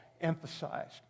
emphasized